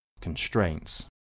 constraints